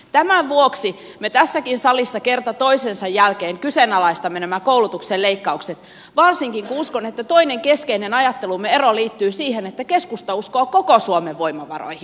tämän vuoksi me tässäkin salissa kerta toisensa jälkeen kyseenalaistamme nämä koulutuksen leikkaukset varsinkin kun uskon että toinen keskeinen ajattelumme ero liittyy siihen että keskusta uskoo koko suomen voimavaroihin